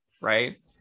right